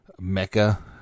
mecca